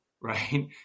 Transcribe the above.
right